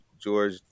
George